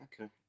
okay